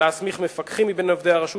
להסמיך מפקחים מבין עובדי הרשות,